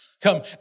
Come